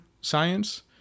science